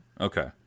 Okay